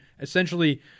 essentially